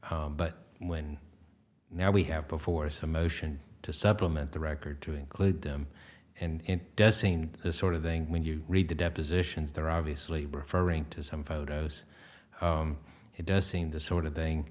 objection but when now we have before some motion to supplement the record to include them and does seemed sort of think when you read the depositions they're obviously referring to some photos it does seem the sort of thing